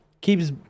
keeps